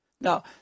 Now